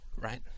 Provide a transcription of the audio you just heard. right